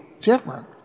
different